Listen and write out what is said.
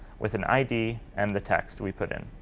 with an id and the text we put in.